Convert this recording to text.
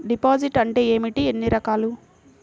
Deposit అంటే ఏమిటీ ఎన్ని రకాలు?